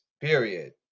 Period